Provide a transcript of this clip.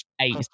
eight